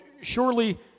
surely